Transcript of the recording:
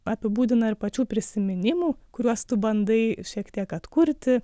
apibūdina ir pačių prisiminimų kuriuos tu bandai šiek tiek atkurti